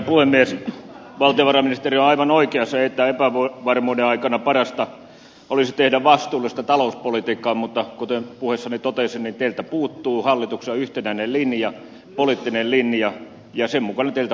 valtiovarainministeri on aivan oikeassa että epävarmuuden aikana parasta olisi tehdä vastuullista talouspolitiikkaa mutta kuten puheessani totesin teiltä puuttuu hallitukselta yhtenäinen poliittinen linja ja sen mukana teiltä puuttuu kaikki